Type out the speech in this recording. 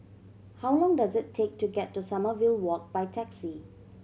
how long does it take to get to Sommerville Walk by taxi